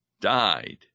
died